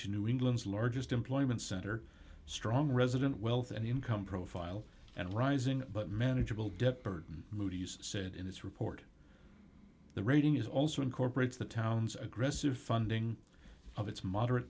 to new england's largest employment center strong resident wealth and income profile and rising but manageable debt burden moody's said in its report the rating is also incorporates the town's aggressive funding of its moderate